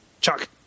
Chuck